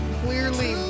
clearly